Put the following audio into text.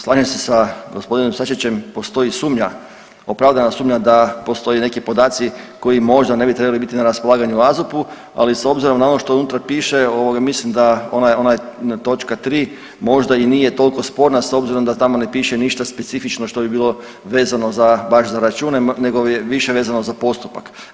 Slažem se sa g. Sačićem, postoji sumnja, opravdana sumnja da postoje neki podaci koji možda ne bi trebali biti na raspolaganju AZOP-u, ali s obzirom na ono što unutra piše, mislim da ona točka 3, možda i nije toliko sporna s obzirom da tamo ne piše ništa specifično što bi bilo vezano za, baš za račune nego je više vezano za postupak.